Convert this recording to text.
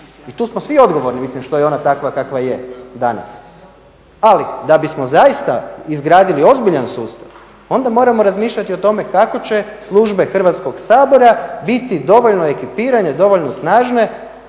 i tu smo svi odgovorni, mislim što je ona takva kakva je danas. Ali da bismo zaista izgradili ozbiljan sustav onda moramo razmišljati o tome kako će službe Hrvatskog sabora biti dovoljno ekipirane, dovoljno snažne,